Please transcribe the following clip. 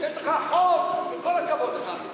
לך חוק, כל הכבוד לך.